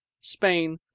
Spain